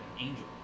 angel